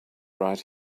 right